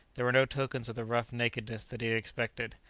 there were no tokens of the rough nakedness that he had expected.